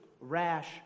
rash